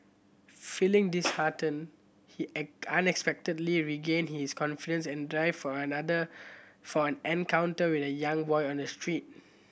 feeling disheartened he unexpectedly regain his confidence and drive for another from an encounter with a young boy on the street